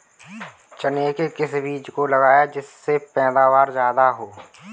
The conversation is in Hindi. चने के किस बीज को लगाएँ जिससे पैदावार ज्यादा हो?